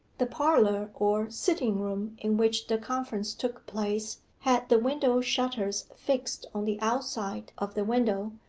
the parlour, or sitting-room, in which the conference took place, had the window-shutters fixed on the outside of the window,